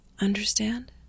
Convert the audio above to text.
Understand